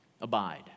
Abide